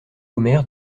omer